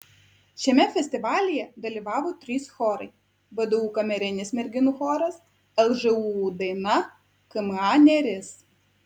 šiame festivalyje dalyvavo trys chorai vdu kamerinis merginų choras lžūu daina kma neris